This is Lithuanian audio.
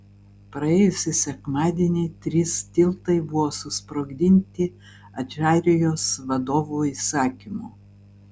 praėjusį sekmadienį trys tiltai buvo susprogdinti adžarijos vadovų įsakymu